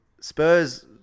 Spurs